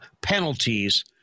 penalties